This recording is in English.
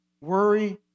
worry